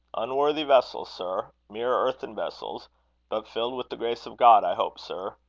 unworthy vessels, sir mere earthen vessels but filled with the grace of god, i hope, sir.